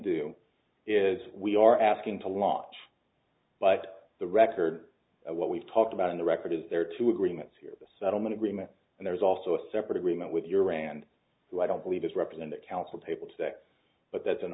do is we are asking to lot but the record what we've talked about in the record is there are two agreements here a settlement agreement and there's also a separate agreement with your rand who i don't believe is represented counsel table today but that's an